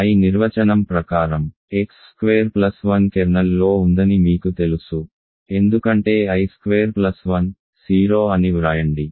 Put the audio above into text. I నిర్వచనం ప్రకారం x square plus 1 కెర్నల్లో ఉందని మీకు తెలుసు ఎందుకంటే I స్క్వేర్ ప్లస్ 1 0 అని వ్రాయండి